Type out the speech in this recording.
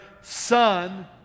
son